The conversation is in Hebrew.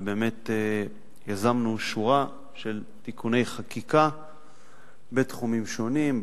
ובאמת יזמנו שורה של תיקוני חקיקה בתחומים שונים,